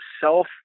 self